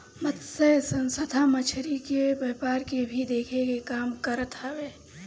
मतस्य संस्था मछरी के व्यापार के भी देखे के काम करत हवे